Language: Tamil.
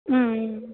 ம்ம்